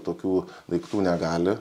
tokių daiktų negali